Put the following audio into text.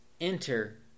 enter